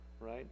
Right